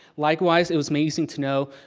likewise, it was amazing to know,